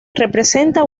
representa